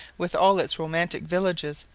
with all its romantic villages,